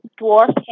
dwarf